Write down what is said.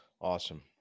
Awesome